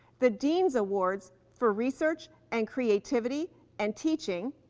the dean's awards for research and creativity and teaching,